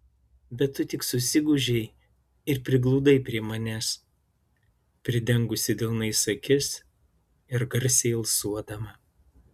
bet tu tik susigūžei ir prigludai prie manęs pridengusi delnais akis ir garsiai alsuodama